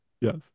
Yes